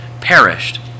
perished